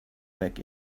back